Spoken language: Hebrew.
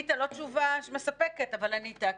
ענית, לא תשובה מספקת אבל ענית.